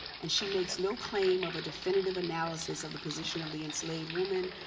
and she makes no claim of a definitive analysis of the position of the enslaved woman,